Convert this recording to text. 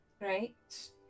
Right